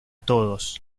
todos